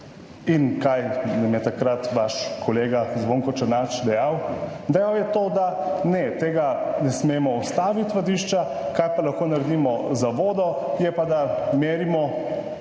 In kaj nam je takrat vaš kolega Zvonko Černač dejal? Dejal je to, da ne tega ne smemo ustaviti vadišča, kaj pa lahko naredimo za vodo, je pa, da merimo,